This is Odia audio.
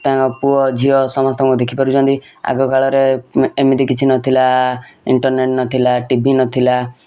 ତାଙ୍କ ପୁଅ ଝିଅ ସମସ୍ତଙ୍କୁ ଦେଖିପାରୁଛନ୍ତି ଆଗକାଳରେ ଏମିତି କିଛି ନଥିଲା ଇଣ୍ଟରନେଟ ନଥିଲା ଟି ଭି ନଥିଲା